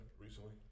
recently